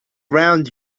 round